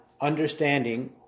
understanding